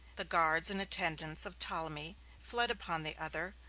the guards and attendants of ptolemy fled upon the other,